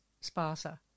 sparser